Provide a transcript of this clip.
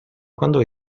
quando